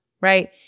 right